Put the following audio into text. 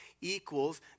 equals